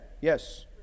yes